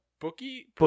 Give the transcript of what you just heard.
bookie